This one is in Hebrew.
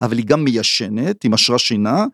אבל היא גם מיישנת, היא משרה שינה.